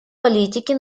политики